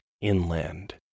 inland